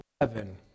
eleven